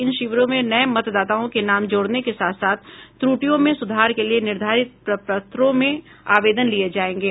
इन शिविरों में नये मतदाताओं के नाम जोड़ने के साथ साथ त्रुटियों में सुधार के लिए निर्धारित प्रपत्रों में आवेदन लिये जायेंगे